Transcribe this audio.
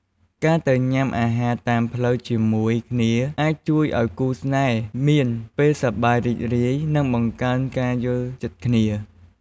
ការទៅញុំអាហារតាមផ្លូវជាមួយគ្នាអាចជួយឱ្យគូស្នេហ៍មានពេលសប្បាយរីករាយ និងបង្កើនការយល់ចិត្តគ្នា។